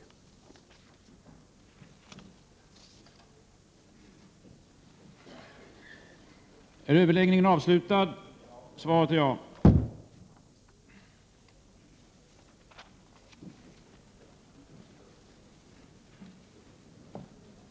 Kammaren övergick till att fatta beslut i ärendet.